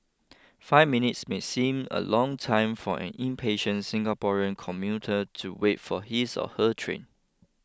five minutes may seem a long time for an impatient Singaporean commuter to wait for his or her train